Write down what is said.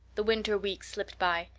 the winter weeks slipped by.